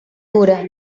cura